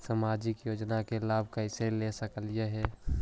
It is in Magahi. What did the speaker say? सामाजिक योजना के लाभ कैसे ले सकली हे?